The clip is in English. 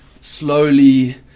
slowly